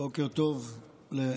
בוקר טוב לשר,